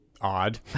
Odd